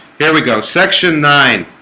here we go section nine